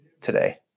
today